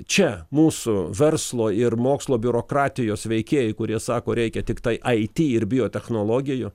čia mūsų verslo ir mokslo biurokratijos veikėjai kurie sako reikia tiktai it ir biotechnologijų